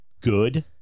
good